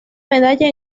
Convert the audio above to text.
medalla